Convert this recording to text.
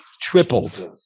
tripled